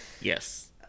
Yes